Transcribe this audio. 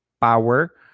power